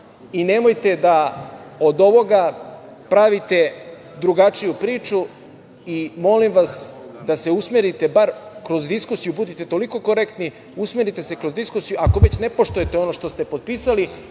da od ovoga pravite drugačiju priču i molim vas da se usmerite bar kroz diskusiju, budite toliko korektni, usmerite se kroz diskusiju ako već ne poštujete ono što ste potpisali,